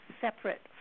separate